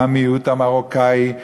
המיעוט המרוקני,